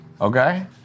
okay